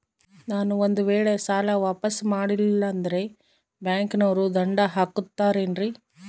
ನಾನು ಒಂದು ವೇಳೆ ಸಾಲ ವಾಪಾಸ್ಸು ಮಾಡಲಿಲ್ಲಂದ್ರೆ ಬ್ಯಾಂಕನೋರು ದಂಡ ಹಾಕತ್ತಾರೇನ್ರಿ?